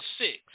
six